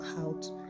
out